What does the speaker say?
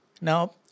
Now